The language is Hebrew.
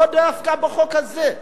לא דווקא בחוק הזה.